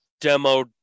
demo